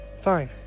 Fine